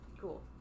cool